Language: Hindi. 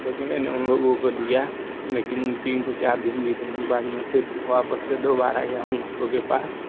जो कि मैने उन लोगों को दिया लेकिन तीन से चार दिन बितने के बाद वापस से दोबारा गया हूँ उन लोगों के पास